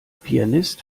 pianist